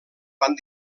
van